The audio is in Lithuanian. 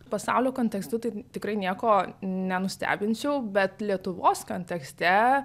pasaulio kontekstu tai tikrai nieko nenustebinčiau bet lietuvos kontekste